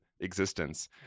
existence